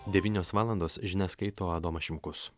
devynios valandos žinias skaito adomas šimkus